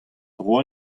dro